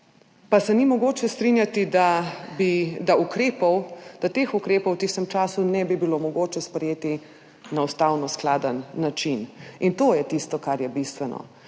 ne more strinjati, da teh ukrepov v tistem času ne bi bilo mogoče sprejeti na ustavnoskladen način. In to je tisto, kar je bistveno.